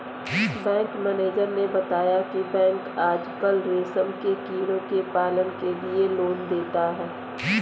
bank manager ने बताया की बैंक आजकल रेशम के कीड़ों के पालन के लिए लोन देता है